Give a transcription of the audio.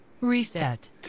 Reset